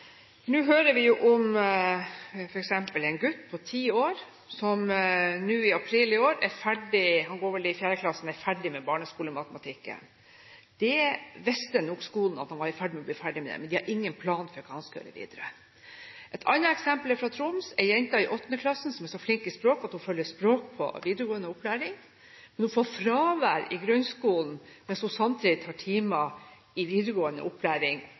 Nå hører vi f.eks. om en gutt på ti år, han går vel i 4. klasse, som i april i år var ferdig med barneskolematematikken. Skolen har nok visst at han var i ferd med å bli ferdig, men de har ingen plan for hva han skal gjøre videre. Et annet eksempel fra Troms: Ei jente i 8. klasse som er så flink i språk at hun følger språk i videregående opplæring, har fått fravær i grunnskolen mens hun samtidig har tatt timer i videregående opplæring